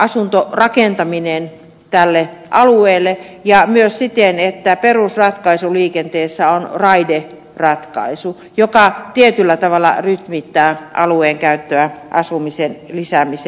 mahdollistaa asuntorakentaminen tälle alueelle ja myös siten että perusratkaisu liikenteessä on raideratkaisu joka tietyllä tavalla rytmittää alueen käyttöä asumisen lisäämiseen